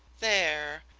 there!